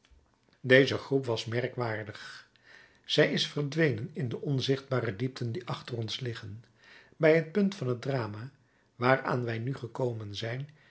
deze groep was merkwaardig zij is verdwenen in de onzichtbare diepten die achter ons liggen bij het punt van het drama waaraan wij nu gekomen zijn